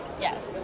Yes